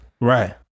right